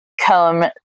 come